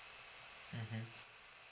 mmhmm